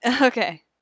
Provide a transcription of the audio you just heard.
Okay